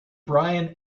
brian